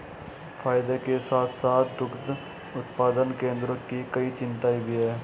फायदे के साथ साथ दुग्ध उत्पादन केंद्रों की कई चिंताएं भी हैं